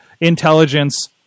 Intelligence